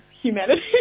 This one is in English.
humanity